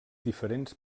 diferents